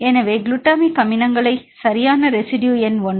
எனவே குளுட்டமிக் அமிலங்களை சரியான ரெசிடுயு எண் 1